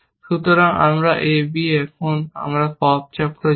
সুতরাং আমরা a b এখন এবং আমরা পপ চক্র যেতে